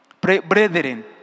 Brethren